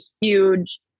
huge